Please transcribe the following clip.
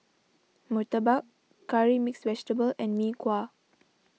Murtabak Curry Mixed Vegetable and Mee Kuah